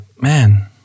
man